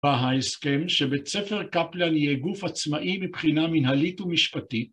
בההסכם שבית ספר קפלן יהיה גוף עצמאי מבחינה מנהלית ומשפטית.